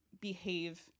behave